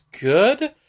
good